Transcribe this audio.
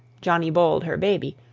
johnny bold her baby,